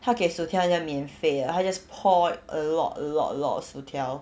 他给薯条好像免费他们 just pour a lot a lot a lot of 薯条